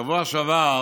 בשבוע שעבר